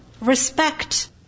respect